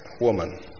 woman